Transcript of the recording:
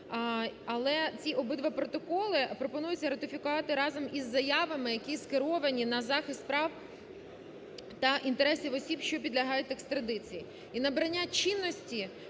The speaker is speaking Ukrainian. Але ці обидва протоколи пропонується ратифікувати разом із заявами, які скеровані на захист прав та інтересів осіб, що підлягають екстрадиції.